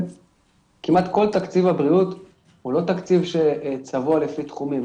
כמעט כל תקציב הבריאות הוא לא תקציב שצבוע לפי תחומים.